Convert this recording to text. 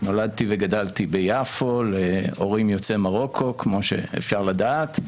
נולדתי וגדלתי ביפו להורים יוצאי מרוקו כמו שאפשר לדעת.